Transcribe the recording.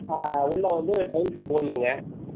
உள்ளே வந்து டைல்ஸ்ஸு போடணுங்க